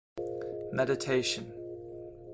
Meditation